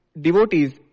devotees